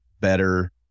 better